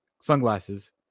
sunglasses